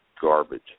garbage